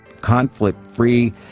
conflict-free